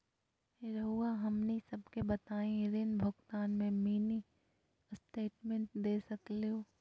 रहुआ हमनी सबके बताइं ऋण भुगतान में मिनी स्टेटमेंट दे सकेलू?